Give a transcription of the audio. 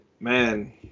Man